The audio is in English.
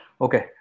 Okay